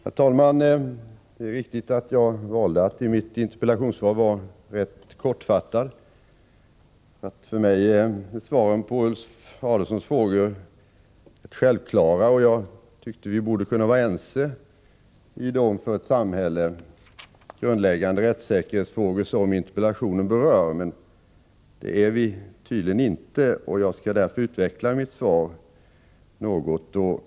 Herr talman! Det är riktigt att jag i mitt interpellationssvar valt att vara rätt kortfattad. För mig är svaren på Ulf Adelsohns frågor självklara. Jag tyckte att vi borde kunna vara ense i de för ett samhälle grundläggande rättssäkerhetsfrågor som interpellationen berör. Men det är vi tydligen inte. Jag skall därför utveckla mitt svar något.